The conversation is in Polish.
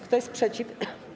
Kto jest przeciw?